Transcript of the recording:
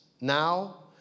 Now